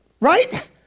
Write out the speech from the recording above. Right